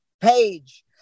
Page